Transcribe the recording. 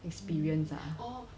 experience ah